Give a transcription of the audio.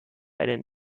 eine